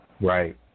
Right